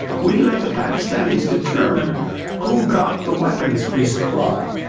we let the pakistanis determine who got the weapons we supplied,